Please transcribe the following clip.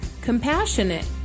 compassionate